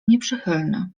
nieprzychylny